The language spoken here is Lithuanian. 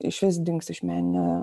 išvis dings iš meninio